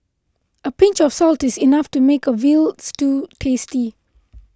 a pinch of salt is enough to make a Veal Stew tasty